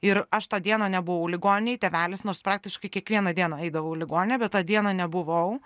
ir aš tą dieną nebuvau ligoninėj tėvelis nors praktiškai kiekvieną dieną eidavau į ligoninę bet tą dieną nebuvau